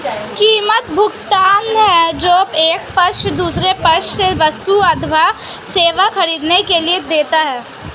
कीमत, भुगतान है जो एक पक्ष दूसरे पक्ष से वस्तु अथवा सेवा ख़रीदने के लिए देता है